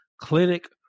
clinic